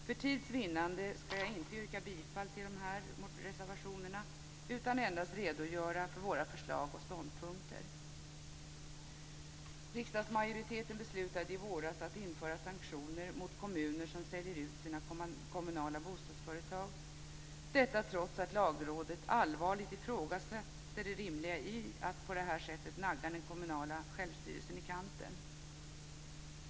För tids vinnande ska jag inte yrka bifall till dessa reservationer utan endast redogöra för våra förslag och ståndpunkter. Riksdagsmajoriteten beslutade i våras att införa sanktioner mot kommuner som säljer ut sina kommunala bostadsföretag, detta trots att Lagrådet allvarligt ifrågasatte det rimliga i att på detta sätt nagga den kommunala självstyrelsen i kanten.